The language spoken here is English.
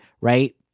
right